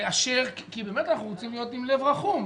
לאשר כי באמת, אנחנו רוצים להיות עם לב רחום.